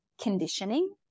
conditioning